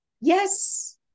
Yes